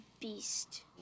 beast